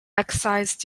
excise